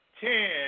ten